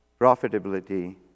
profitability